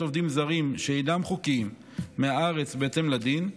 עובדים זרים שאינם חוקיים מהארץ בהתאם לדין,